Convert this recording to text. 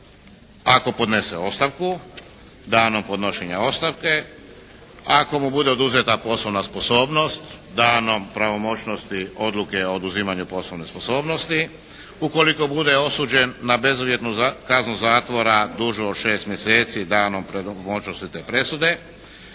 ako podnese ostavku danom podnošenja ostavke, ako mu bude oduzeta poslovna sposobnost danom pravomoćnosti Odluke o oduzimanju poslovne sposobnosti. Ukoliko bude osuđen na bezuvjetnu kaznu zatvora dužu od 6 mjeseci danom pravomoćnosti te presude.